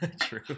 True